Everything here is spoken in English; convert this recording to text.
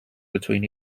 between